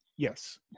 Yes